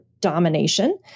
domination